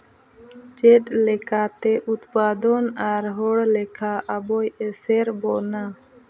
ᱪᱮᱫ ᱞᱮᱠᱟᱛᱮ ᱩᱛᱯᱟᱫᱚᱱ ᱟᱨ ᱦᱚᱲ ᱞᱮᱠᱷᱟ ᱟᱵᱚᱭ ᱮᱥᱮᱨ ᱵᱚᱱᱟ